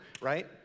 right